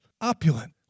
opulent